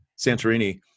Santorini